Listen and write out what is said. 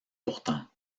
pourtant